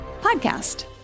podcast